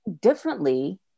differently